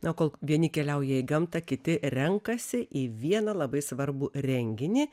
na kol vieni keliauja į gamtą kiti renkasi į vieną labai svarbų renginį